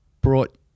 brought